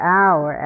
hour